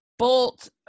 bolt